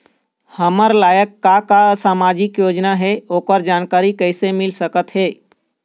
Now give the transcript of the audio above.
हमर लायक का का सामाजिक योजना हे, ओकर जानकारी कइसे मील सकत हे?